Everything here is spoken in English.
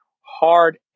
hard